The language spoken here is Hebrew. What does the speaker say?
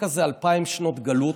הרקע זה אלפיים שנות גלות,